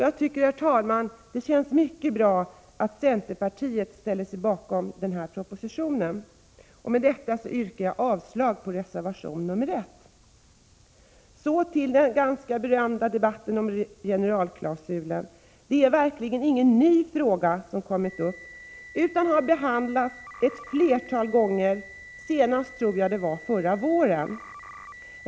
Jag tycker, herr talman, att det är mycket bra att centerpartiet ställer sig bakom propositionen. Med detta yrkar jag avslag på reservation nr 1. Så till den ganska berömda debatten om generalklausulen. Det är verkligen ingen ny fråga som kommit upp, utan den har behandlats ett flertal gånger — senast tror jag det var förra våren.